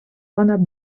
dona